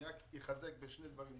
אני רק אחזק בשני דברים.